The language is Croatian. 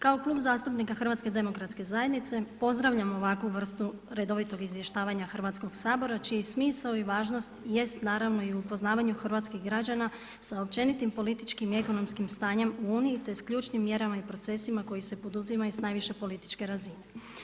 Kao Klub zastupnika HDZ-a pozdravljam ovakvu vrstu redovitog izvještavanja Hrvatskog sabora čiji smisao i važnost jest naravno i upoznavanju hrvatskih građana sa općenitim političkim i ekonomskim stanjem u Uniji, te s ključnim mjerama i procesima koji se poduzimaju s najviše političke razine.